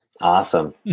Awesome